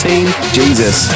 Jesus